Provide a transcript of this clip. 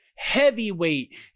Heavyweight